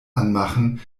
anmachen